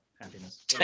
Happiness